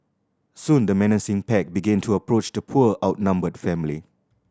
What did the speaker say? soon the menacing pack began to approach the poor outnumbered family